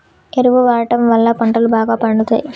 ఎరువు వాడడం వళ్ళ పంటలు బాగా పండుతయి